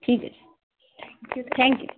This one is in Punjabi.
ਠੀਕ ਹੈ ਜੀ ਥੈਂਕ ਯੂ